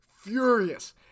Furious